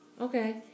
Okay